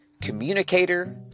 communicator